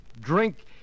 drink